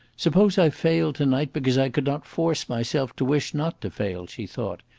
suppose i failed to-night because i could not force myself to wish not to fail! she thought,